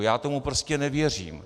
Já tomu prostě nevěřím!